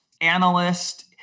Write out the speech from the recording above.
analyst